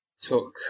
took